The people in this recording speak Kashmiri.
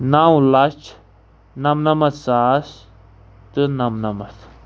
نَو لَچھ نمنمتھ ساس تہٕ نمنمتھ